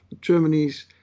Germany's